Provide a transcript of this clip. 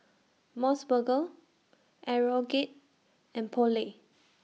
Mos Burger Aeroguard and Poulet